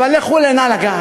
אבל לכו ל"נא לגעת".